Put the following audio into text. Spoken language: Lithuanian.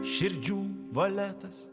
širdžių valetas